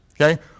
okay